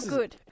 good